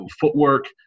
Footwork